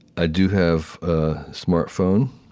i do have a smartphone.